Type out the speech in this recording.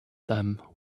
them